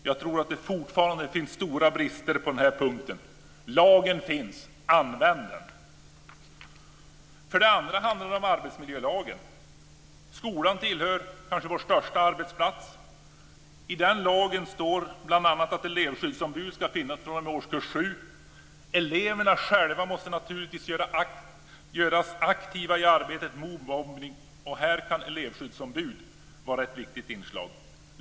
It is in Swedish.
Jag tror att det fortfarande finns stora brister på den här punkten. Lagen finns - använd den! För det andra handlar det om arbetsmiljölagen. Skolan är kanske vår största arbetsplats. I arbetsmiljölagen står det bl.a. att elevskyddsombud ska finnas fr.o.m. årskurs 7. Eleverna måste naturligtvis själva göras aktiva i arbetet mot mobbning, och här kan elevskyddsombud vara ett viktigt inslag.